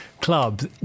club